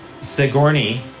Sigourney